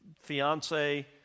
fiance